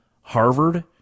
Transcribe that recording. Harvard